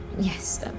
Yes